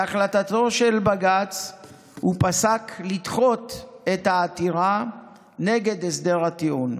בהחלטתו של בג"ץ הוא פסק לדחות את העתירה נגד הסדר הטיעון.